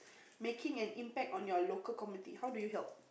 making an impact on your local community how do you help